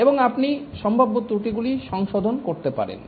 এবং আপনি সম্ভাব্য ত্রুটিগুলি সংশোধন করতে পারেন